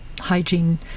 hygiene